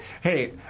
hey—